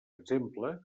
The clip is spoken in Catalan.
exemple